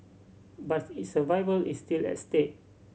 but its survival is still at stake